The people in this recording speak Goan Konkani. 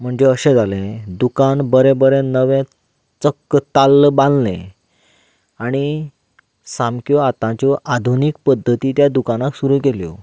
म्हणजे अशें जालें दुकान बरें बरें नवें चक्कताल्ल बांदलें आनी सामक्यो आतांच्यो आधुनीक पद्दती त्या दुकानाक सुरू केल्यो